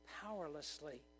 powerlessly